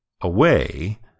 away